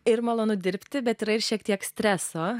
ir malonu dirbti bet yra ir šiek tiek streso